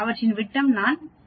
அவற்றின் விட்டம் நான் 20